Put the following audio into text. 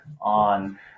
on